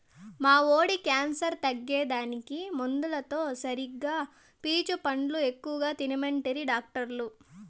మా వోడి క్యాన్సర్ తగ్గేదానికి మందులతో సరిగా పీచు పండ్లు ఎక్కువ తినమంటిరి డాక్టర్లు